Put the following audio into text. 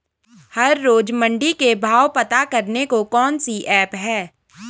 हर रोज़ मंडी के भाव पता करने को कौन सी ऐप है?